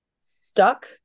stuck